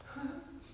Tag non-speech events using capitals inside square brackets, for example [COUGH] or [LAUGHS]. [LAUGHS]